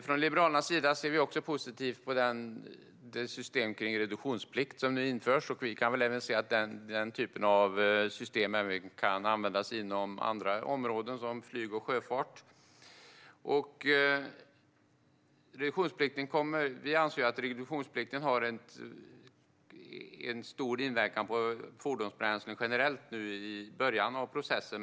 Från Liberalernas sida ser vi positivt på det system med reduktionsplikt som nu införs. Vi kan se att denna typ av system även kan användas inom andra områden, som flyg och sjöfart. Vi anser att reduktionsplikten har stor inverkan på fordonsbränslen generellt nu i början av processen.